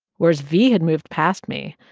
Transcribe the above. whereas v had moved past me.